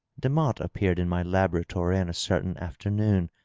demotte appeared in my laboratory on a certain afternoon,